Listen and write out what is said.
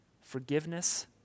Forgiveness